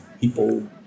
people